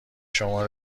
شما